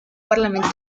parlamento